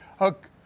Okay